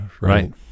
Right